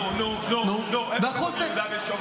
נו, נו, נו, איפה כתוב יהודה ושומרון?